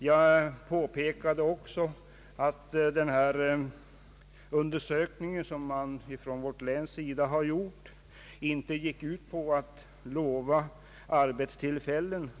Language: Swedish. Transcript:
Jag påpekade också vid det tillfället att den undersökning som gjorts inom vårt län inte gick ut på något löfte om arbetstillfällen.